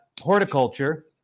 horticulture